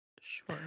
Sure